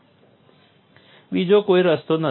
બીજો કોઈ રસ્તો નથી